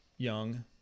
young